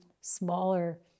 smaller